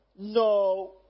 No